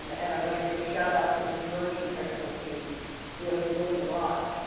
um and i want to give a shout out to the conversion technical team who have been doing a lot.